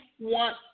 want